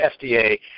FDA